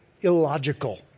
illogical